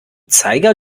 zeiger